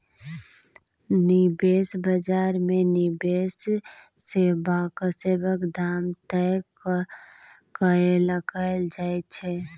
निबेश बजार मे निबेश सेबाक दाम तय कएल जाइ छै